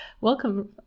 Welcome